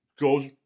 goes